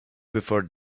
before